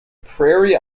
prairie